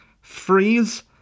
freeze